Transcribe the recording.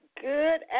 Good